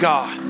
God